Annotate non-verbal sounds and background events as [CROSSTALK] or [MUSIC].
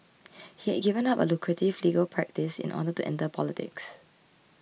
[NOISE] he had given up a lucrative legal practice in order to enter politics